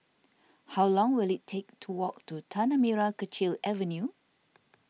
how long will it take to walk to Tanah Merah Kechil Avenue